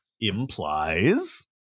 implies